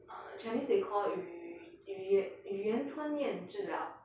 uh chinese they call 语语言语言吞咽治疗